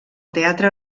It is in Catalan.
teatre